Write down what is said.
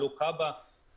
לא כבאות והצלה,